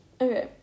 Okay